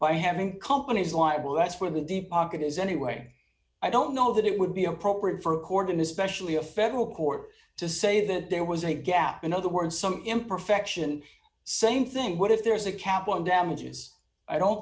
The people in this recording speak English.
by having companies liable that's where the deep pocket is anyway i don't know that it would be appropriate for a cordon especially a federal court to say that there was a gap in other words some imperfection same thing what if there is a cap on damages i don't